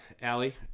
Allie